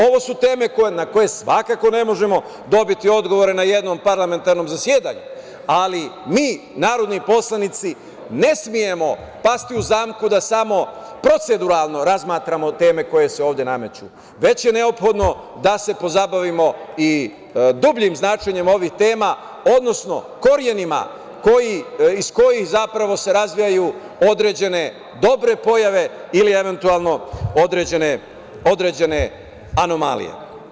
Ovo su teme na koje svakako ne možemo dobiti odgovore na jednom parlamentarnom zasedanju, ali mi narodni poslanici ne smemo pasti u zamku da samo proceduralno razmatramo teme koje se ovde nameću, već je neophodno da se pozabavimo i dubljim značenjem ovih tema, odnosno korenima iz kojih se razvijaju određene dobre pojave ili eventualno određene anomalije.